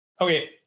Okay